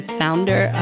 founder